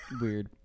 Weird